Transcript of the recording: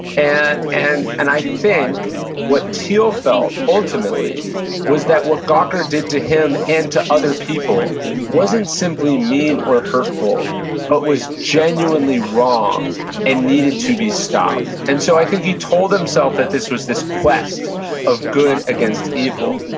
and and i think what thiel felt ultimately was that what gawker did to him and to other people wasn't simply mean or hurtful but was genuinely wrong and needed to be stopped. and so i think he told himself that this was this quest of good against evil,